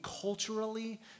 culturally